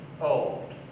old